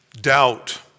doubt